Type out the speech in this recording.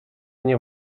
nie